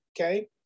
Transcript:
Okay